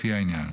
לפי העניין.